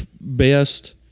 Best